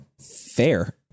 fair